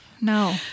No